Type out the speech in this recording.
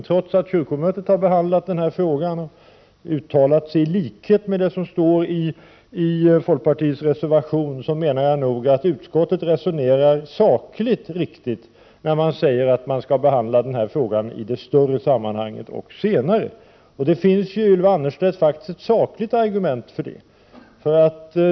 Trots att kyrkomötet har behandlat frågan och uttalat sig i likhet med vad som står i folkpartiets reservation menar jag att utskottet resonerar sakligt riktigt när den säger att man skall behandla frågan i det större sammanhanget senare. Det finns, Ylva Annerstedt, faktiskt ett sakligt argument för det.